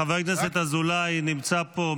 חבר הכנסת אזולאי נמצא פה,